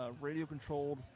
radio-controlled